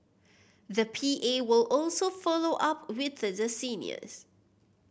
the P A will also follow up with the seniors